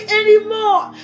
anymore